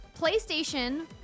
PlayStation